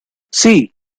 see